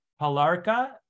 Palarka